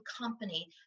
company